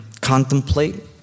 contemplate